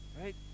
right